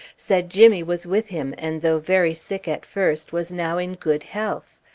said jimmy was with him, and though very sick at first, was now in good health.